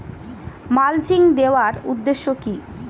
Mulching দেওয়ার উদ্দেশ্য কি?